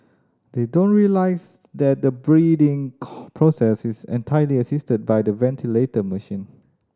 they don't realise that the breathing process is entirely assisted by the ventilator machine